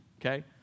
okay